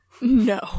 No